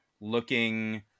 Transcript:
looking